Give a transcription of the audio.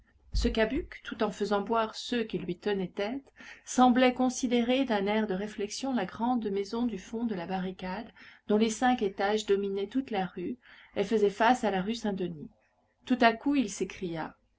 ce cabuc tout en faisant boire ceux qui lui tenaient tête semblait considérer d'un air de réflexion la grande maison du fond de la barricade dont les cinq étages dominaient toute la rue et faisaient face à la rue saint-denis tout à coup il s'écria